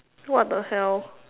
what the hell